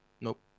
Nope